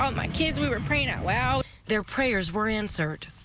um my kids we were pre nup wow their prayers. were answered.